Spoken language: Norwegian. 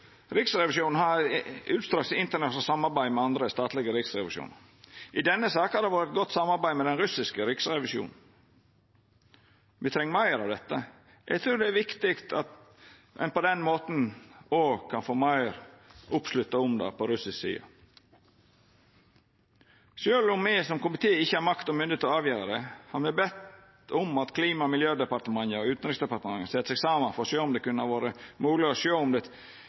Riksrevisjonen har utstrekt internasjonalt samarbeid med andre statlege riksrevisjonar. I denne saka har det vore eit godt samarbeid med den russiske riksrevisjonen. Me treng meir av dette. Eg trur det er viktig at ein på den måten òg kan få meir oppslutnad om det på russisk side. Sjølv om me som komité ikkje har makt og myndigheit til å avgjera det, har me bedt om at Klima- og miljødepartementet og Utanriksdepartementet set seg saman for å sjå på om det kunne ha vore mogleg at det er tid for å innleia ny kontakt om